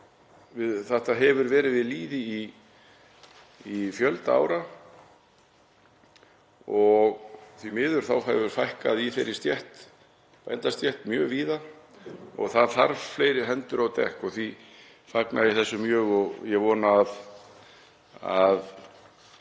þetta hefur verið við lýði í fjölda ára og því miður hefur fækkað í bændastétt mjög víða og það þarf fleiri hendur á dekk. Því fagna ég þessu mjög og ég vona að